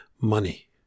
money